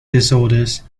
disorders